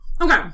Okay